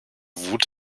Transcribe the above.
wut